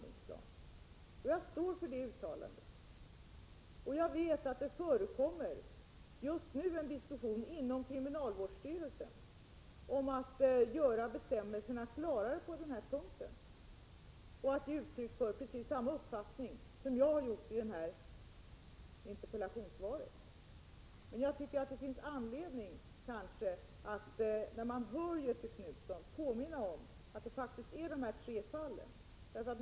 Det uttalandet står jag för. Jag vet att det just nu förekommer en diskussion inom kriminalvårdsstyrelsen om att göra bestämmelserna klarare på den här punkten och ge uttryck för precis samma uppfattning som jag har uttryckt i interpellationssvaret. Det gäller alltså tre fall — jag tycker det finns anledning att påminna Göthe Knutson om det.